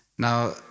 Now